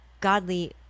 godly